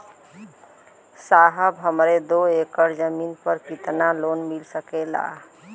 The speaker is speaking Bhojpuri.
साहब हमरे दो एकड़ जमीन पर कितनालोन मिल सकेला?